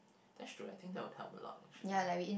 that's true I think that would help a lot actually